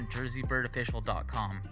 JerseyBirdOfficial.com